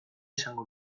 izango